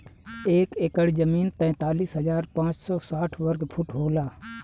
एक एकड़ जमीन तैंतालीस हजार पांच सौ साठ वर्ग फुट होला